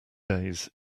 days